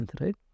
right